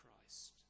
Christ